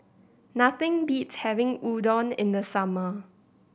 nothing beats having Udon in the summer